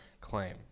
claim